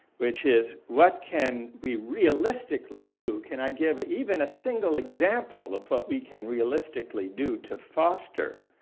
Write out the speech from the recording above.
which is, what can we realistically do? can i give even a single example of what we can realistically do? to foster